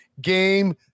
game